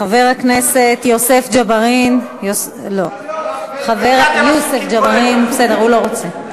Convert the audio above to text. חבר הכנסת יוסף ג'בארין, לא, הוא לא רוצה.